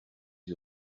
les